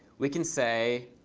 we can say